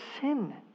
sin